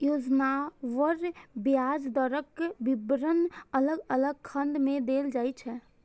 योजनावार ब्याज दरक विवरण अलग अलग खंड मे देल जाइ छै